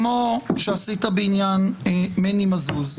כמו שעשית בעניין מני מזוז,